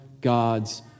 God's